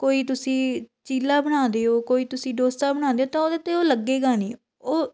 ਕੋਈ ਤੁਸੀਂ ਚੀਲਾ ਬਣਾਉਂਦੇ ਹੋ ਕੋਈ ਤੁਸੀਂ ਡੋਸਾ ਬਣਾਉਂਦੇ ਹੋ ਤਾਂ ਉਹਦੇ ਤੇ ਉਹ ਲੱਗੇਗਾ ਨਹੀਂ ਉਹ